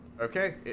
Okay